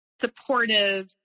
supportive